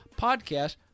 podcast